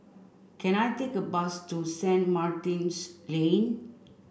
can I take a bus to Saint Martin's Lane